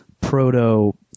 proto